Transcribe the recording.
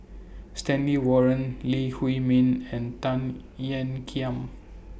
Stanley Warren Lee Huei Min and Tan Ean Kiam